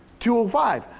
two um five,